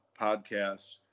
podcasts